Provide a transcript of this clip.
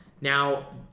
Now